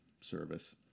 service